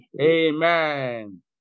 Amen